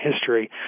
history